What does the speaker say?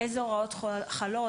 אילו הוראות חלות,